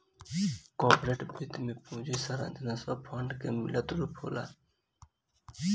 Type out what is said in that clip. corporate वित्त में पूंजी संरचना सब फंड के मिलल रूप होला